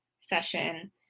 session